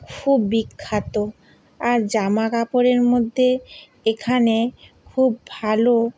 খুব বিখ্যাত আর জামাকাপড়ের মধ্যে এখানে খুব ভালো